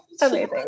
Amazing